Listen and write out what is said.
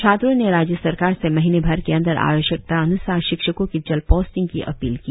छात्रो ने राज्य सरकार से महीने भर के अंदर आवश्यकतान्सार शिक्षको की जल्द पोस्टिंग की अपील की